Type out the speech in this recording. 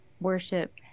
worship